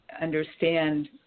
understand